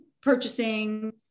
purchasing